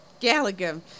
Gallagher